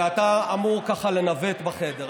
ואתה אמור ככה לנווט בחדר,